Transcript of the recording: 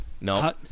No